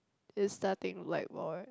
is starting like